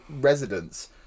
residents